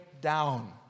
down